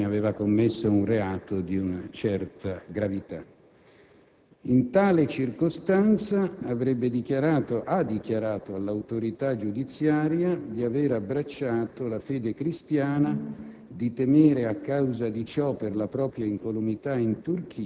che ne ha disposto l'arresto; ovviamente, il giovane aveva commesso un reato di una certa gravità. In tale circostanza, ha dichiarato all'autorità giudiziaria di aver abbracciato la fede cristiana,